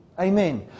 Amen